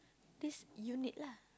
this unit lah